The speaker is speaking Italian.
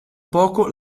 poco